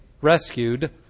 rescued